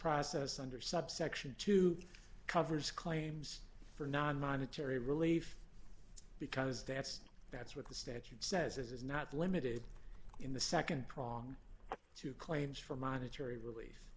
process under subsection two covers claims for non monetary relief because that's that's what the statute says is not limited in the nd prong to claims for monetary rel